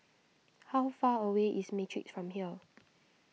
how far away is Matrix from here